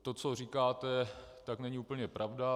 To, co říkáte, však není úplně pravda.